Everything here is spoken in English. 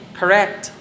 correct